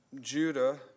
Judah